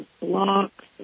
blocks